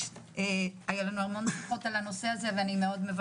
אני מגיעה כרגע מהוועדה לשוויון מגדרי ודובר